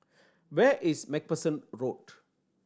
where is Macpherson Road